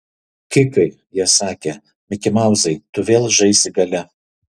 kikai jie sakė mikimauzai tu vėl žaisi gale